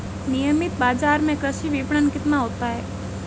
नियमित बाज़ार में कृषि विपणन कितना होता है?